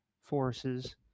forces